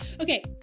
Okay